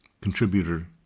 contributor